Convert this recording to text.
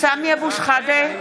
סמי אבו שחאדה,